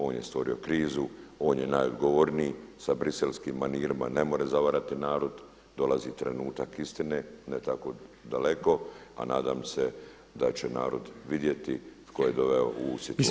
On je stvorio krizu, on je najdogovorniji sa briselskim manirama ne more zavarati narod, dolazi trenutak istine, ne tako daleko, a nadam se da će narod vidjeti tko je u situaciju…